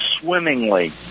swimmingly